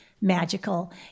magical